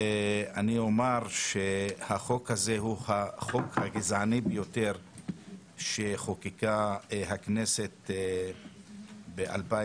אני אומר שהחוק הזה הוא החוק הגזעני ביותר שחוקקה הכנסת ב-2003.